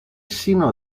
sino